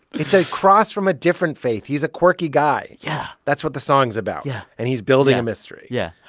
it's a cross from a different faith. he's a quirky guy yeah that's what the song's about yeah and he's building a mystery yeah.